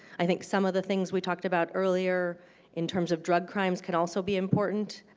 i think some of the things we talked about earlier in terms of drug crimes can also be important.